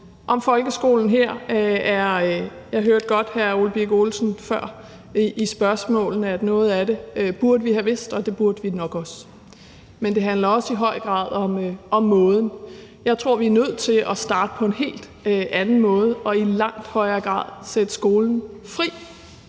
på andre måder. Jeg hørte godt hr. Ole Birk Olesen sige før i sine spørgsmål, at noget af det burde vi have vidst, og det burde vi nok også. Men det handler i høj grad også om måden. Jeg tror, vi er nødt til at starte på en helt anden måde og i langt højere grad sætte skolen fri.